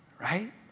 Right